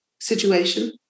situation